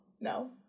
No